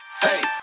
Hey